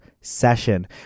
session